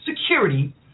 security